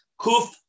Kuf